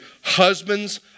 Husbands